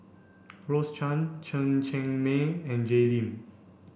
Rose Chan Chen Cheng Mei and Jay Lim